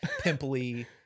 pimply